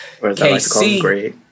KC